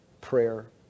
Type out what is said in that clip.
prayer